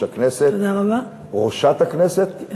יושב-ראש הכנסת, תודה רבה.